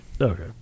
Okay